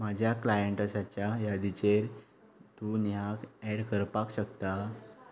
म्हाज्या क्लायंटाचाच्या यादीचेर तूं नेहाक ऍड करपाक शकता